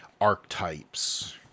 archetypes